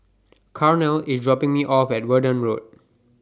Carnell IS dropping Me off At Verdun Road